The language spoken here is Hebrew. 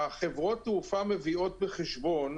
חברות התעופה מביאות בחשבון,